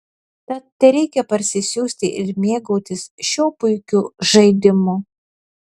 tad tereikia parsisiųsti ir mėgautis šiuo puikiu žaidimu